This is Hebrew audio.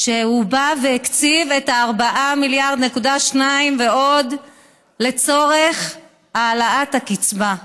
שבא והקציב 4.2 מיליארד ועוד לצורך העלאת הקצבה.